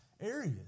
areas